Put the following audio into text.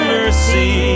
Mercy